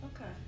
okay